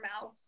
mouth